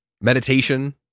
Meditation